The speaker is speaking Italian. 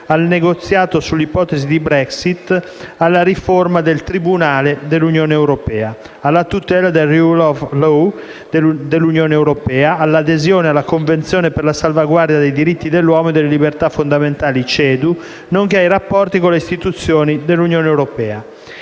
al negoziato sull'ipotesi di Brexit, alla riforma del tribunale dell'Unione europea, alla tutela del *rule of law* dell'Unione Europea, all'adesione alla Convenzione per la salvaguardia dei diritti dell'uomo e delle libertà fondamentali (CEDU) nonché ai rapporti con le istituzioni dell'Unione europea;